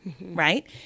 right